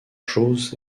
chose